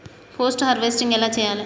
Post harvesting ఎలా చెయ్యాలే?